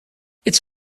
its